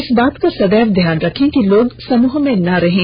इस बात का सदैव ध्यान रखें कि लोग समूह में ना रहें